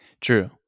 True